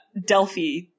delphi